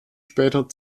später